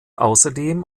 außerdem